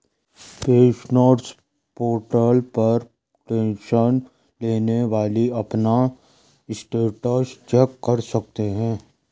pensioners portal पर tension लेने वाली अपना स्टेटस चेक कर सकते हैं